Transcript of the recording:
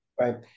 Right